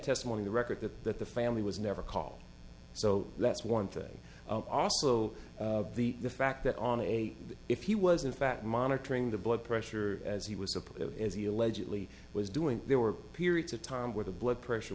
testimony the record that that the family was never call so that's one thing also the the fact that on a if he was in fact monitoring the blood pressure as he was a player as he allegedly was doing there were periods of time where the blood pressure